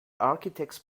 architects